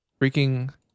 Freaking